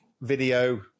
video